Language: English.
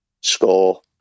score